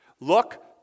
look